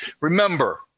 Remember